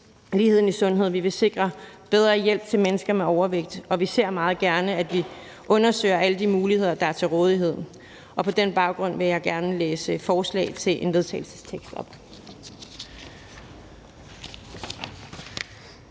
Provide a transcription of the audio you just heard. ligheden i sundhed. Vi vil sikre bedre hjælp til mennesker med overvægt, og vi ser meget gerne, at vi undersøger alle de muligheder, der er til rådighed. På den baggrund vil jeg gerne (på vegne af S, V og M) læse et